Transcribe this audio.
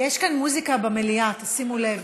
יש כאן מוזיקה במליאה, תשימו לב.